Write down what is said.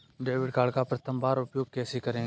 Debit card का प्रथम बार उपयोग कैसे करेंगे?